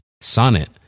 Sonnet